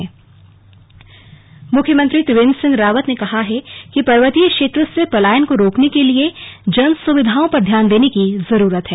slug report विमोचन मुख्यमंत्री त्रिवेन्द्र सिंह रावत ने कहा है कि पर्वतीय क्षेत्रों से पलायन को रोकने के लिए जन सुविधाओं पर ध्यान देने की जरूरत है